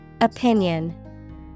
Opinion